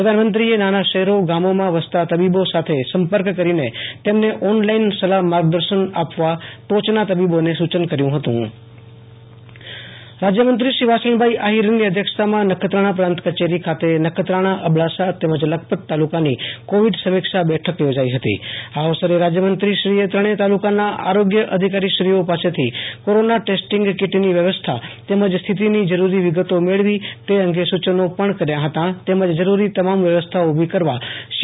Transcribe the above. પ્રધાનમંત્રીએ નાના શહેરી ગામોમાં વસતા તબીબો સાથે સંપર્ક કરીને તેમને ઓનલાઈન સલાફ માર્ગદર્શન આપવા ટોચના તબીબોને સુ ચન કર્યુ હતું આશુ તોષ અંતાણી કચ્છ રાજયમંત્રી કોવિડ સમીક્ષા રાજયમંત્રીશ્રી વાસણભાઈ આહિરની અધ્યક્ષતામાં નખત્રાણા પ્રાંત કચેરી ખાતે નખત્રાણા અબડાસા તેમજ લખપત તાલુકાની કોવીડ સમીક્ષા બેઠક યોજાઇ હતી આ અવસરે રાજયમંત્રીશ્રીએ ત્રણેય તાલુકાના આરોગ્ય અધિકારીશ્રીઓ પાસેથી કોરોના ટેસ્ટીંગ કીટની વ્યવસ્થા તેમજ સ્થિતિની જરૂરી વિગતો મેળવી તે અંગે સૂ યનો પણ કર્યા હતા તેમજ જરૂરી તમામ વ્યવસ્થા ઉભી કરવા સી